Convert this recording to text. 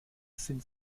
sind